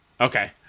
okay